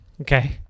Okay